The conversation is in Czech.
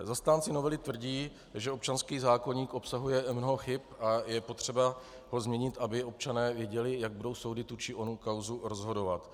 Zastánci novely tvrdí, že občanský zákoník obsahuje mnoho chyb a je potřeba ho změnit, aby občané věděli, jak budou soudy tu či onu kauzu rozhodovat.